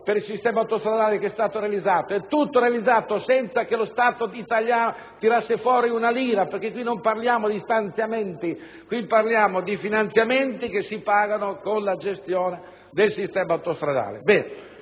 per il sistema autostradale, che ha realizzato interamente senza che lo Stato italiano tirasse fuori una lira: infatti non parliamo di stanziamenti, bensì di finanziamenti che si pagano con la gestione del sistema autostradale.